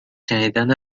شنیدن